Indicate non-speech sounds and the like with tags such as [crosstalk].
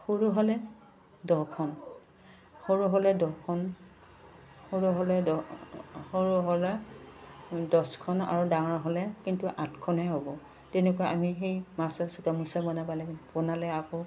সৰু হ'লে দহখন সৰু হ'লে দহখন সৰু হ'লে দহ সৰু হ'লে দছখন আৰু ডাঙৰ হ'লে কিন্তু আঠখনেই হ'ব তেনেকুৱা আমি সেই [unintelligible] গমোচা বনাব লাগ বনালে আকৌ